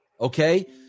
okay